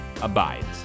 abides